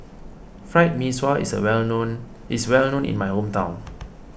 Fried Mee Sua is well known is well known in my hometown